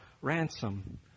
ransom